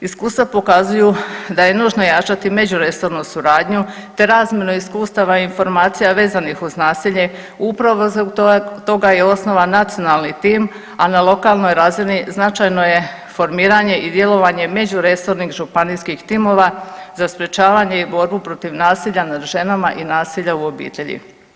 Iskustva pokazuju da je nužno jačati međuresornu suradnju, te razmjenu iskustava informacija vezanih uz nasilje upravo zbog toga je osnovan nacionalni tim, a na lokalnoj razini značajno je formiranje i djelovanje međuresornih županijskih timova za sprječavanje i borbu protiv nasilja nad ženama i nasilja u obitelji.